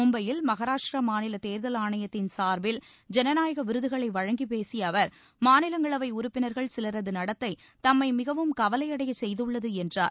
மும்பையில் மகாராஷ்ட்டிர மாநில தேர்தல் ஆணையத்தின் சார்பில் ஜனநாயக விருதுகளை வழங்கிப்பேசிய அவர் மாநிலங்களவை உறுப்பினர்கள் சிலரது நடத்தை தம்மை மிகவும் கவலையடையச் செய்துள்ளது என்றார்